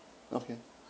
okay